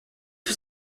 was